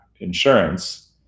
insurance